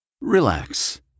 Relax